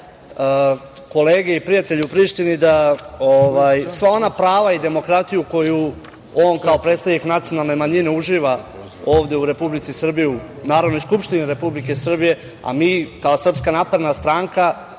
svoje kolege i prijatelje u Prištini da sva ona prava i demokratiju koju on kao predstavnik nacionalne manjine uživa ovde u Republici Srbiji, u Narodnoj skupštini Republike Srbije, a mi kao SNS smo apsolutno